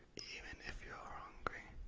even if you're hungry,